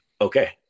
okay